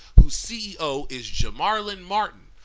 whose ceo is jamarlin martin,